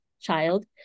child